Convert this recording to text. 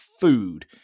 food